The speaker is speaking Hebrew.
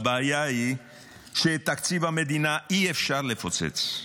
הבעיה היא שאת תקציב המדינה אי-אפשר לפוצץ.